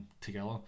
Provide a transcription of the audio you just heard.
together